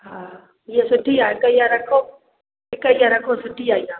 हा इहा सुठी आहे हिकु इहा रखो हिकु इहा रखो सुठी आहे इहा